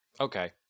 Okay